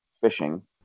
fishing